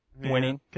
winning